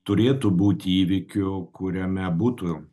turėtų būti įvykiu kuriame būtų